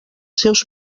seus